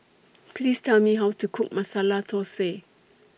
Please Tell Me How to Cook Masala Thosai